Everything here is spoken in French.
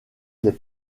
les